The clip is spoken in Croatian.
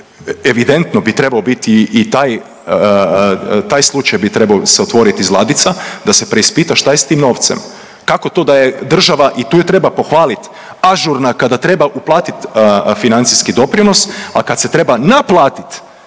evidentno bi trebao biti i taj, taj slučaj bi trebao se otvorit iz ladica da se preispita šta je s tim novcem. Kako to da je država, i tu je treba pohvalit, ažurna kada treba uplatit financijski doprinos, a kad se treba naplatit,